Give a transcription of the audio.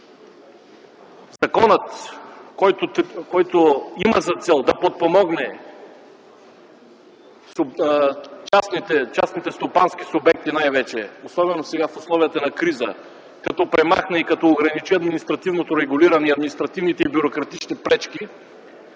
закона, който има за цел да подпомогне частните стопански субекти най-вече, особено сега в условията на криза, като премахне и като ограничи административното регулиране и административните и бюрократични пречки,